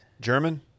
German